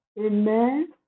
amen